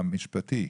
המשפטי.